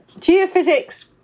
geophysics